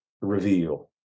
reveal